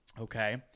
Okay